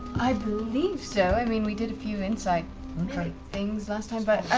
i believe so. i mean, we did a few insight type things last time, but i